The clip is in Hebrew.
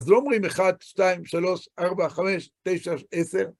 אז לא אומרים אחת, שתיים, שלוש, ארבע, חמש, תשע, עשר.